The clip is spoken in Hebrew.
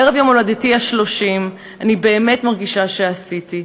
ערב יום הולדתי ה-30 אני באמת מרגישה שעשיתי,